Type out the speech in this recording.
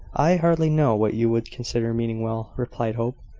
i hardly know what you would consider meaning well, replied hope.